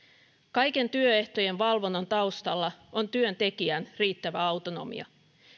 kaiken työehtojen valvonnan taustalla on työntekijän riittävä autonomia